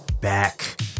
back